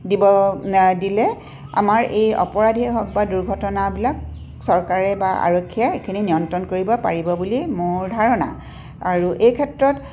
দিব দিলে আমাৰ এই অপৰাধেই হওক বা দুৰ্ঘটনাবিলাক চৰকাৰে বা আৰক্ষীয়ে এইখিনি নিয়ন্ত্ৰণ কৰিব পাৰিব বুলি মোৰ ধাৰণা আৰু এই ক্ষেত্ৰত